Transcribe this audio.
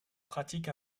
pratique